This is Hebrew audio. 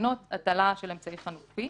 בתקנות הטלה של אמצעי חלופי,